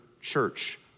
church